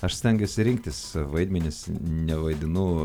aš stengiuosi rinktis vaidmenis nevaidinu